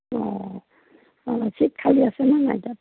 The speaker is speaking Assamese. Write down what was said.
অ' অ' ছিট খালী আছেনে নাই তাত